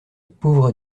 pauvres